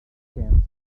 skin